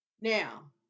Now